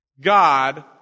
God